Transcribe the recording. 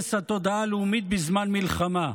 הרס התודעה הלאומית בזמן מלחמה,